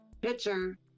picture